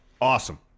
Awesome